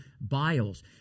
Biles